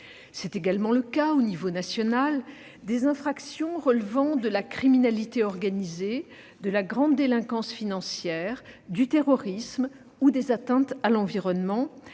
C'est également le cas, au niveau national, des infractions relevant de la criminalité organisée, de la grande délinquance financière, du terrorisme ou des atteintes à l'environnement,